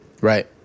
Right